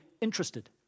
interested